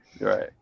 Right